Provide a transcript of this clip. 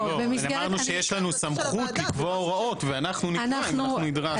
אמרנו שיש לנו סמכות לקבוע הוראות ואנחנו נקבע את מה שנדרש.